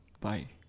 Bye